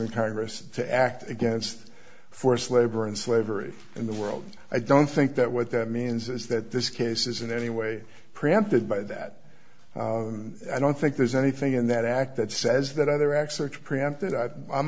in congress to act against forced labor and slavery in the world i don't think that what that means is that this case is in any way preempted by that i don't think there's anything in that act that says that other acts are preempted